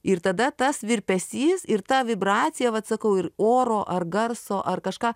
ir tada tas virpesys ir ta vibracija vat sakau ir oro ar garso ar kažką